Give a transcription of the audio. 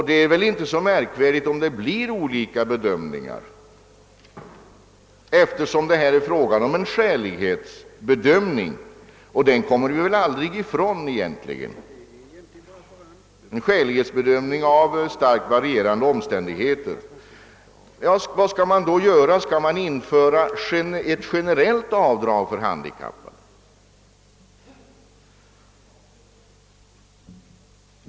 Det är väl inte heller så märkvärdigt om bedömningarna blir olika, eftersom det här är fråga om en skälighetsprövning av starkt varierande omständigheter — och den kommer vi egentligen aldrig ifrån. Vad skall man då göra? Skall man införa ett generellt avdrag för handikappade?